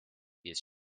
jest